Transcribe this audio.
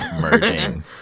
merging